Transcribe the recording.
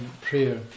prayer